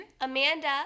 Amanda